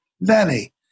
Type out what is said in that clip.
Lenny